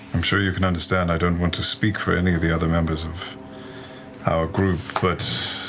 i'm sure you can understand i don't want to speak for any of the other members of our group, but